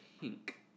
pink